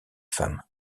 femmes